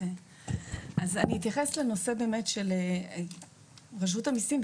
אני אתייחס באמת לנושא רשות המסים,